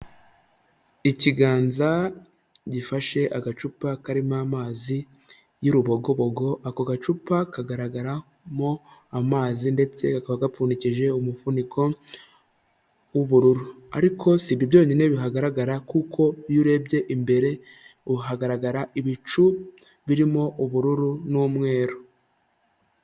Ikiganza gifashe agacupa karimo amazi y'urubogobogo, ako gacupa kagaragaramo amazi ndetse kakaba gapfundikije umufuniko w'ubururu ariko si ibyo byonyine bihagaragara; kuko iyo urebye imbere hagaragara ibicu birimo ubururu n'umweru.